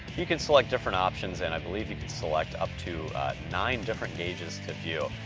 you can select different options and i believe you can select up to nine different gauges to view.